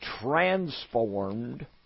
transformed